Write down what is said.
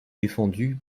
défendue